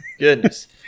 goodness